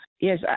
Yes